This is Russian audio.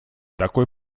такой